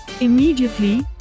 Immediately